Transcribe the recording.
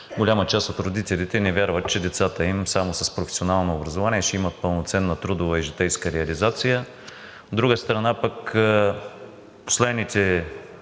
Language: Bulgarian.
голяма част от родителите не вярват, че децата им само с професионално образование ще имат пълноценна трудова и житейска реализация. От друга страна, пък последните